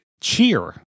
cheer